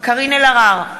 קארין אלהרר,